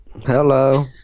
Hello